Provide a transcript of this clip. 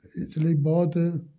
ਇਸ ਲਈ ਬਹੁਤ